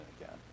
again